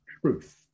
truth